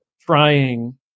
trying